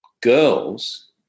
girls